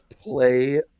Play